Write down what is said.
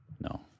No